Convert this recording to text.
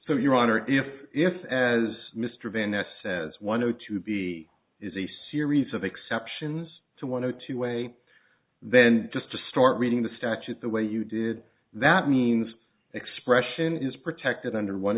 so your honor if if as mr van ness says one zero to be is a series of exceptions to one or two way then just to start reading the statute the way you did that means expression is protected under one